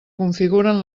configuren